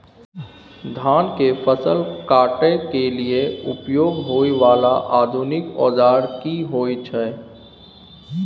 धान के फसल काटय के लिए उपयोग होय वाला आधुनिक औजार की होय छै?